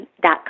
dot